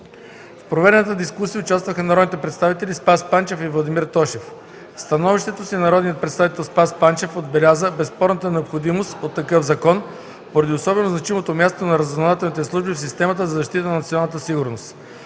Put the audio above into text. В проведената дискусия участваха народните представители Спас Панчев и Владимир Тошев. В становището си народният представител Спас Панчев отбеляза безспорната необходимост от такъв закон поради особено значимото място на разузнавателните служби в системата за защита на националната сигурност.